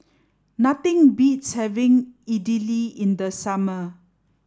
nothing beats having Idili in the summer